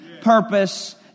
purpose